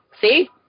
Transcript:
See